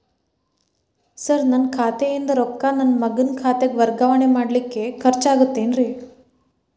Sir ನನ್ನ ಖಾತೆಯಿಂದ ರೊಕ್ಕ ನನ್ನ ಮಗನ ಖಾತೆಗೆ ವರ್ಗಾವಣೆ ಮಾಡಲಿಕ್ಕೆ ಖರ್ಚ್ ಆಗುತ್ತೇನ್ರಿ?